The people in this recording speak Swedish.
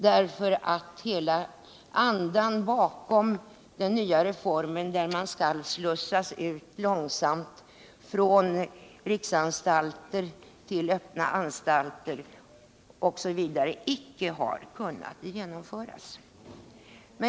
Därför har andan bakom den nya reformen, att man skall slussas ut långsamt från riksanstalter till öppna anstalter osv., icke kunnat genomföras.